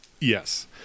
Yes